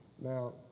Now